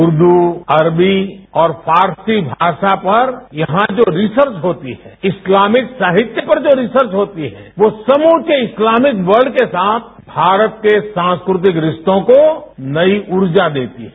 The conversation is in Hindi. उर्दू अरबी और फारसी भाषा पर यहां जो रिसर्च होती है इस्लामिक साहित्य पर जो रिसर्च होती है वो समूचे इस्लामिक वर्ल्ड के साथ भारत के सांस्कृतिक रिश्तों को नई ऊर्जा देती है